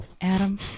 Adam